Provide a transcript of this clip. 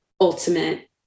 ultimate